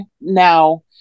now